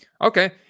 Okay